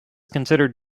considered